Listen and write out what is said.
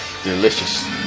Delicious